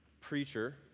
preacher